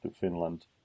finland